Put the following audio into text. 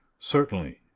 certainly.